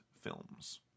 films